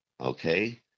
okay